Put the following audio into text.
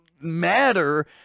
matter